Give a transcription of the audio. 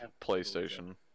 PlayStation